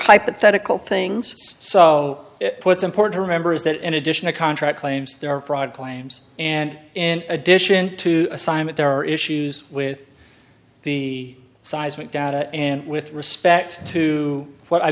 hypothetical things so what's important to remember is that in addition to contract claims there are fraud claims and in addition to assignment there are issues with the seismic data with respect to what i